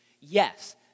Yes